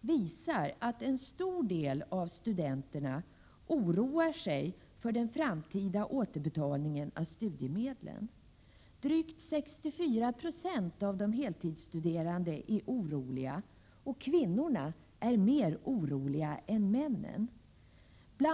visar att en stor del av studenterna oroar sig för den framtida återbetalningen av studiemedlen. Drygt 64 26 av de heltidsstuderande är oroliga, och kvinnorna är mer oroliga än männen.